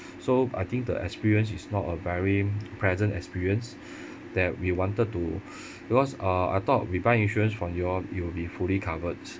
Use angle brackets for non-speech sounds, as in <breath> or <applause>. so I think the experience is not a very <noise> pleasant experience <breath> that we wanted to <breath> because uh I thought we buy insurance from you all we'll be fully covered